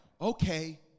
Okay